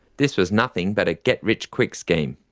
this was nothing but get rich quick scheme.